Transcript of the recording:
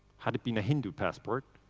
had it been a hindu passport,